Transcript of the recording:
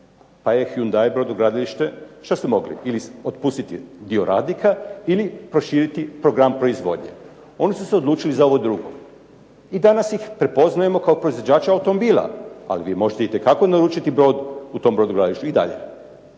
Pa je Hyundai brodogradilište, što su mogli? Ili otpustiti dio radnika ili proširiti program proizvodnje. Oni su se odlučili za ovo drugo i danas ih prepoznajemo kao proizvođače automobila. Ali vi možete itekako naručiti brod u tom brodogradilištu i dalje.